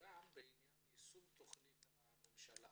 וגם בעניין יישום תכנית הממשלה,